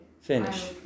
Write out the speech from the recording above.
Finish